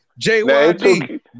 JYD